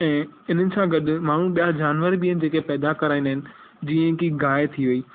ऐं इन्हनि सां गॾु माण्हूं ॿिया जानवर बि आहे जेके पैदा कराईंदा आहिनि जीअं की गांइ थी वई